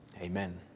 Amen